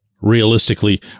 realistically